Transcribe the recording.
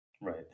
Right